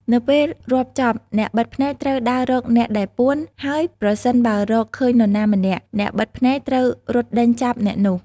នៅពេលរាប់ចប់ អ្នកបិទភ្នែកត្រូវដើររកអ្នកដែលពួន ហើយប្រសិនបើរកឃើញនរណាម្នាក់ អ្នកបិទភ្នែកត្រូវរត់ដេញចាប់អ្នកនោះ។